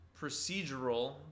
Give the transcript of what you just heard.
procedural